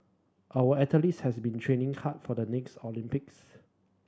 our athletes has been training hard for the next Olympics